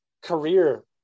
career